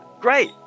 great